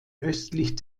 östlich